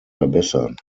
verbessern